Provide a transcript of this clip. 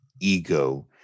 ego